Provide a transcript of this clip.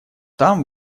там